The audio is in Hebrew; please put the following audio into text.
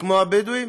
כמו הבדואים,